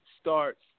starts